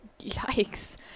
Yikes